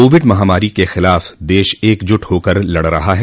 Covid महामारी के ख़िलाफ़ देश एकजुट होकर लड़ रहा है